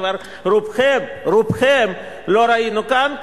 את רובכם לא ראינו כאן,